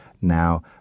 now